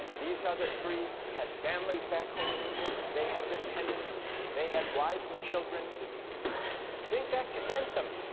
these other three had families back home in england they had dependents they had wives and children think back to bentham,